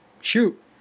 Shoot